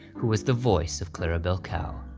who was the voice of clarabelle cow.